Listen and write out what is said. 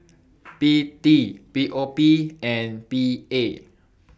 P T P O P and P A